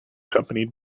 accompanied